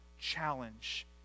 challenge